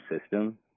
system